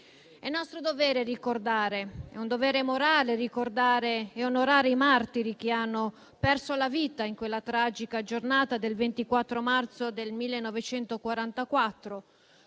È nostro dovere ricordare. È un dovere morale ricordare e onorare i martiri che hanno perso la vita in quella tragica giornata del 24 marzo 1944,